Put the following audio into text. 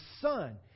Son